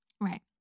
Right